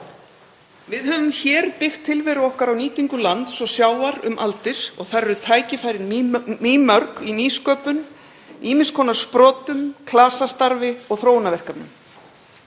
Við höfum byggt tilveru okkar hér á nýtingu lands og sjávar um aldir og þar eru tækifærin mýmörg í nýsköpun, ýmiss konar sprotum, klasastarfi og þróunarverkefnum.